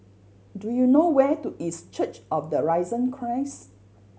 do you know where to is Church of the Risen Christ